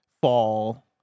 fall